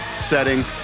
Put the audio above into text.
setting